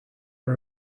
are